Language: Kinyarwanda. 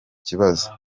kibazo